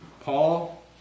Paul